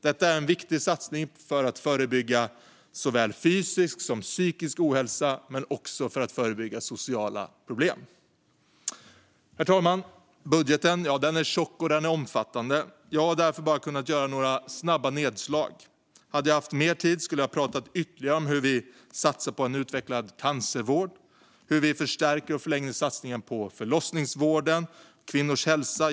Detta är en viktig satsning för att förebygga såväl fysisk som psykisk ohälsa men också sociala problem. Herr talman! Budgeten är tjock och omfattande, och jag har därför bara kunnat göra några snabba nedslag. Hade jag haft mer tid skulle jag ha pratat ytterligare om hur vi satsar på en utvecklad cancervård och hur vi förstärker och förlänger satsningen på förlossningsvården och kvinnors hälsa.